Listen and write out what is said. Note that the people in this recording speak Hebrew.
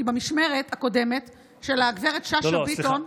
כי במשמרת הקודמת של גב' שאשא ביטון,